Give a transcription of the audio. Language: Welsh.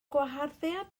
gwaharddiad